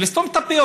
ולסתום את הפיות.